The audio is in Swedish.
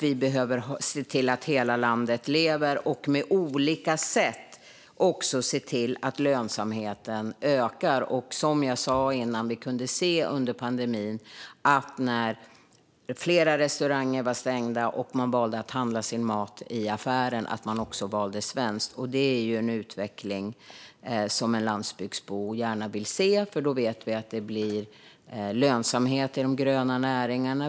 Vi behöver se till att hela landet lever och med olika sätt också se till att lönsamheten ökar. Som jag sa kunde vi under pandemin se att när flera restauranger var stängda och människor valde att handla sin mat i affären valde de svenskt. Det är en utveckling som en landsbygdsbo gärna vill se. Då vet vi att det blir lönsamhet i de gröna näringarna.